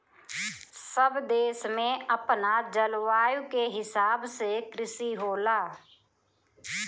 सब देश में अपना जलवायु के हिसाब से कृषि होला